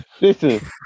Listen